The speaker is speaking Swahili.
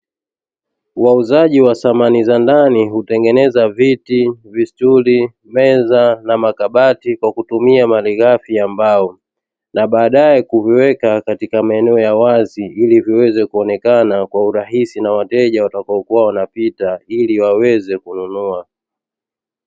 Wauzaji wa samani za ndani hutungeneza viti, visturi, meza na makabati kwa kutumia malighafi ya mbao na badae kuviweka katika maeneo ya wazi ili viweze kuonekana kwa urahisi na wateja watakao kuwa wanapita ili waweze kununua.